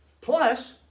plus